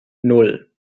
nan